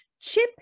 Chip